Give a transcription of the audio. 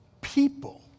People